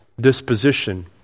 disposition